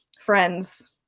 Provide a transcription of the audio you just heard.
friends